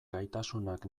gaitasunak